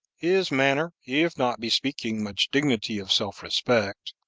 his manner, if not bespeaking much dignity of self-respect,